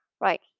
Right